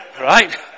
Right